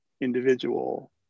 individual